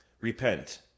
Repent